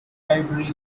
ivory